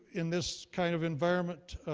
in this kind of environment,